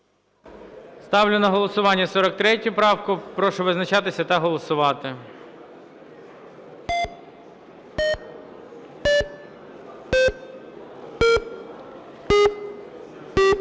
Ставлю на голосування 42 правку. Прошу визначатися та голосувати.